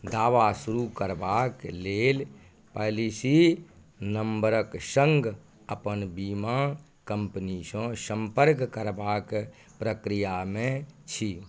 दावा शुरू करबाक लेल पॉलिसी नम्बरक सङ्ग अपन बीमा कम्पनीसँ सम्पर्क करबाक प्रक्रियामे छी